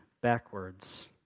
backwards